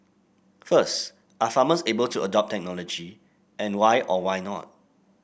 first are farmers able to adopt technology and why or why not